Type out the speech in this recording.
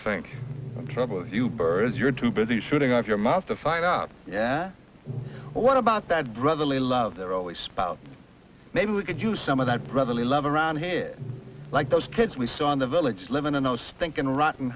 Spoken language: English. think trouble you birds you're too busy shooting off your mouth to find out yeah what about that brotherly love they're always spout maybe we could use some of that brotherly love around here like those kids we saw in the village livin in those think in rotten